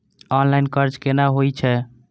Online कर्ज केना होई छै?